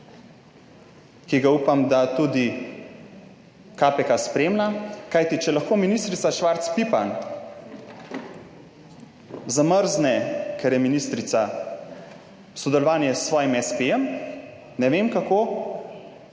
ki ga, upam da, tudi KPK spremlja. Kajti, če lahko ministrica Švarc Pipan zamrzne, ker je ministrica, sodelovanje s svojim espejem, ne vem kako